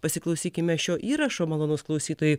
pasiklausykime šio įrašo malonūs klausytojai